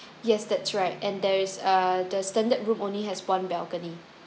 yes that's right and there is err the standard room only has one balcony